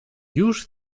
już